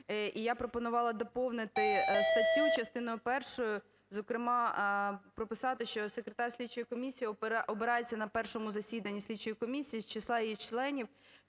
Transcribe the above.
І я пропонувала доповнити статтю частиною першою, зокрема прописати, що секретар слідчої комісії обирається на першому засіданні слідчої комісії з числа її членів